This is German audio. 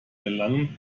gelangen